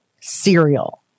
cereal